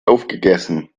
aufgegessen